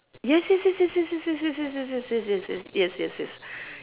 yes yes yes yes yes yes yes yes yes yes yes yes yes yes yes yes yes